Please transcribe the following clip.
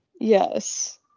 Yes